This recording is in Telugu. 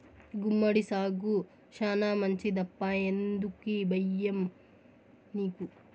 గుమ్మడి సాగు శానా మంచిదప్పా ఎందుకీ బయ్యం నీకు